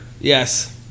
Yes